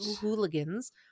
Hooligans